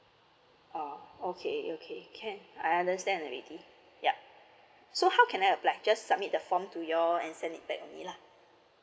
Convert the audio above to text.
ah okay okay can I understand already yup so how can I apply just submit the form to you all and send it back only lah